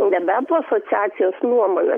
debetų asociacijos nuomone